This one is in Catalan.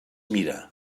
mira